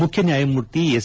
ಮುಖ್ಜನ್ಯಾಯಮೂರ್ತಿ S